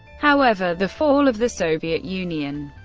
however, the fall of the soviet union,